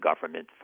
government